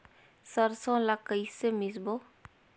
सरसो ला कइसे मिसबो?